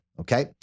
okay